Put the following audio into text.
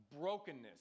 brokenness